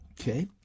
Okay